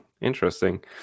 Interesting